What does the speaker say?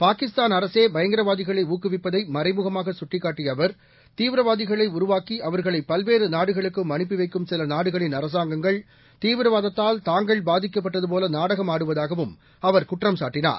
பாகிஸ்தான் அரசே பயங்கரவாதிகளை ஊக்குவிப்பதை மறைமுகமாக சுட்டிக்காட்டிய அவர் தீவிரவாதிகளை உருவாக்கி அவர்களை பல்வேறு நாடுகளுக்கும் அனுப்பி வைக்கும் சில நாடுகளின் அரசாங்கங்கள் தீவிரவாதத்தால் தாங்கள் பாதிக்கப்பட்டது போல நாடகமாடுவதாகவும் அவர் குற்றம் சாட்டினார்